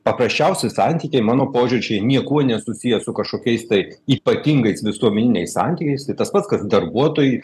paprasčiausi santykiai mano požiūriu čia jie niekuo nesusiję su kažkokiais tai ypatingais visuomeniniais santykiais tai tas pats kad darbuotojui